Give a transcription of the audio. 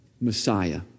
Messiah